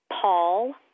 Paul